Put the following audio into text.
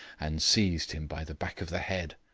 and seized him by the back of the head.